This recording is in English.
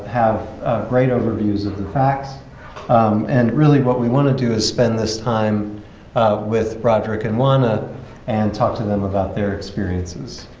have great overviews of the facts and really, what we want to do is spend this time with rodrick and uwana ah and talk to them about their experiences.